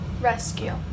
rescue